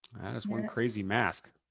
one crazy mask.